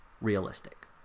realistic